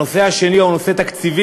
הנושא השני הוא נושא תקציבי,